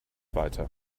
weiter